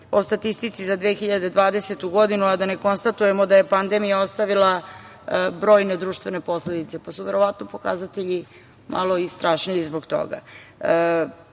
o statistici za 2020. godinu, a da ne konstatujemo da je pandemija ostavila brojne društvene posledice, pa su verovatno pokazatelji malo i strašniji zbog toga. Tokom